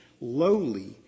lowly